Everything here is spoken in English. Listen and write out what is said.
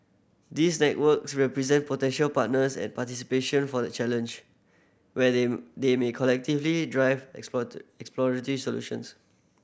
these network represent potential partners and participantion for the Challenge where they they may collectively drive exploratory solutions